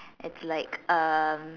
it's like um